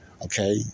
Okay